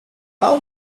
how